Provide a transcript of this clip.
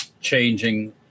changing